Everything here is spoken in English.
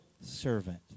servant